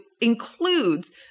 includes